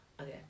Okay